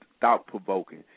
thought-provoking